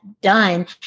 done